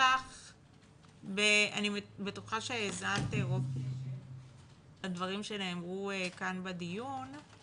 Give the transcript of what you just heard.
בטוחה שהאזנת לרוב הדברים שנאמרו בדיון.